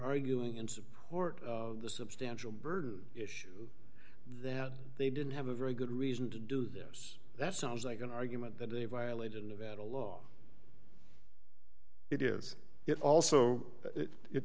arguing in support of the substantial burden issue that they didn't have a very good reason to do this that sounds like an argument that they violated nevada law it is it also i